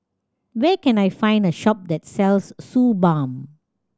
where can I find a shop that sells Suu Balm